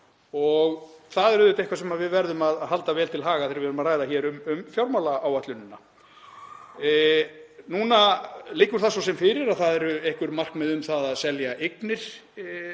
og það er eitthvað sem við verðum að halda vel til haga þegar við ræðum hér um fjármálaáætlunina. Núna liggur það fyrir að það eru einhver markmið um að selja eignir